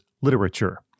Literature